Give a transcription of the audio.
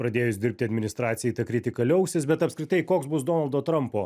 pradėjus dirbti administracijai ta kritika liausis bet apskritai koks bus donaldo trampo